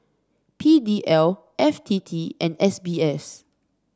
P D L F T T And S B S